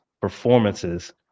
performances